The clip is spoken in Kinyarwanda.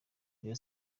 rayon